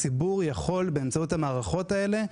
באמצעות המערכות האלה,